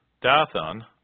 Dathan